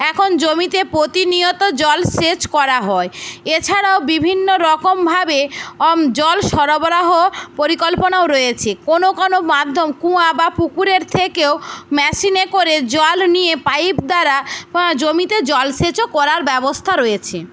এখন জমিতে প্রতিনিয়ত জলসেচ করা হয় এছাড়াও বিভিন্ন রকমভাবে জল সরবরাহ পরিকল্পনাও রয়েছে কোন কোন মাধ্যম কুঁয়া বা পুকুরের থেকেও ম্যাশিনে করে জল নিয়ে পাইপ দ্বারা জমিতে জলসেচও করার ব্যবস্থা রয়েছে